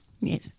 Yes